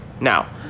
now